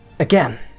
Again